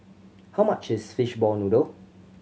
how much is fishball noodle